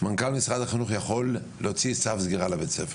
מנכ"ל משרד החינוך יכול להוציא צו סגירה לבית הספר.